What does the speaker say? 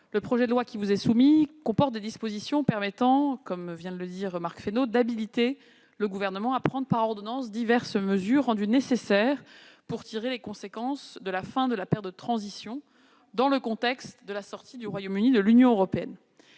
le projet de loi qui vous est soumis comporte des dispositions visant, comme vient de le dire Marc Fesneau, à habiliter le Gouvernement à prendre par ordonnances diverses mesures nécessaires pour tirer les conséquences de la fin de la période de transition dans le contexte de la sortie du Royaume-Uni de l'Union européenne.